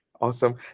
Awesome